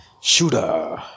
Shooter